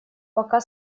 пока